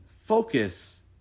focus